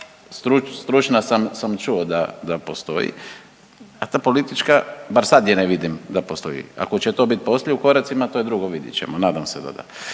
stručna sam čuo da postoji. A ta politička, bar sad je ne vidim da postoji, ako će to bit poslije u koracima to je drugo, vidit ćemo nadam se da da.